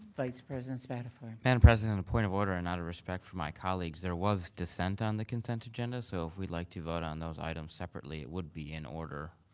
vice president spadafore. madam president in a point of order and out of respect for my colleagues, there was dissent on the consent agenda. so if we'd like to vote on those items separately it would be in order.